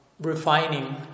refining